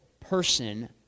person